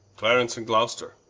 clarence and gloster,